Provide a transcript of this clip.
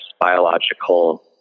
biological